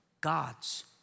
God's